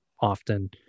often